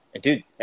Dude